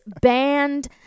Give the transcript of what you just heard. banned